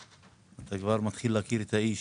אתה כבר מתחיל להכיר את האיש.